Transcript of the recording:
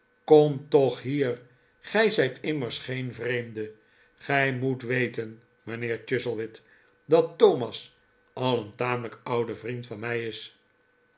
kom toch hier gij zijt immers geen vreemde gij moet weten mijnheer chuzzlewit dat thomas al een tamelijk oude vriend van mij is